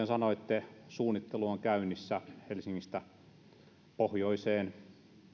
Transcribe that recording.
sanoitte suunnittelu on käynnissä helsingistä pohjoiseen